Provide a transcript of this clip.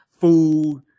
food